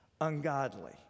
ungodly